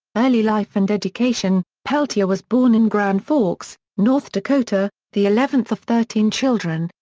early life and education peltier was born in grand forks, north dakota, the eleventh of thirteen children,